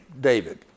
David